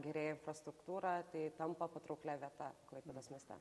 gerėja infrastruktūra tai tampa patrauklia vieta klaipėdos mieste